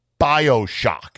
Bioshock